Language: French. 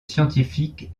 scientifique